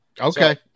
Okay